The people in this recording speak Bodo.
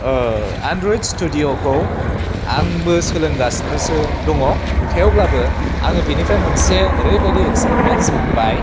एन्ड्रइड स्टुडिय'खौ आंबो सोलोंगासिनोसो दङ थेवबाबो आङो बिनिफ्राय मोनसे ओरैबायदि एक्सपिरियेन्स मोनबाय